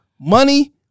Money